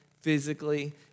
physically